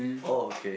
oh okay